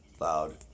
loud